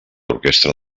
orquestra